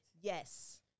Yes